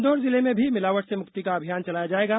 इंदौर जिले में भी मिलावट से मुक्ति का अभियान चलाया जाएगा